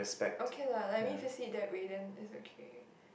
okay lah like I mean if you see it that way then it's okay